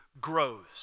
grows